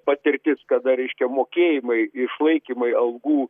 patirtis kada reiškia mokėjimai išlaikymui algų